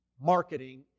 marketing